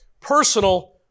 personal